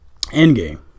Endgame